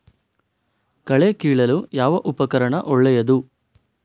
ಕಳೆ ಕೀಳಲು ಯಾವ ಉಪಕರಣ ಒಳ್ಳೆಯದು?